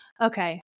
okay